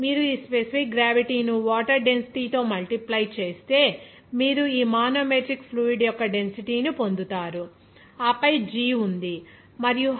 మీరు ఈ specific gravity ను వాటర్ డెన్సిటీ తో మల్టిప్లై చేస్తే మీరు ఈ మానోమెట్రిక్ ఫ్లూయిడ్ యొక్క డెన్సిటీ ను పొందుతారు ఆపై g ఉంది మరియు హైట్ 0